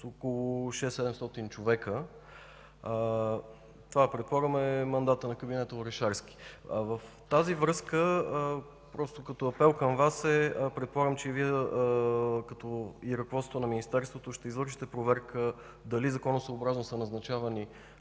около 600-700 човека. Това, предполагам, е мандатът на кабинета Орешарски. В тази връзка, просто като апел към Вас, предполагам, че Вие и ръководството на министерството ще извършите проверка дали законосъобразно са назначавани